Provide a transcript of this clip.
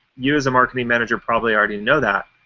you, as a marketing manager, probably already know that.